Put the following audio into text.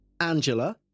Angela